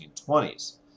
1920s